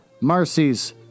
Marcy's